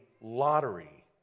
lottery